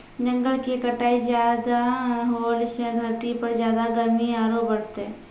जंगल के कटाई ज्यादा होलॅ सॅ धरती पर ज्यादा गर्मी आरो बढ़तै